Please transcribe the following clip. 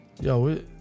yo